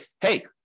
hey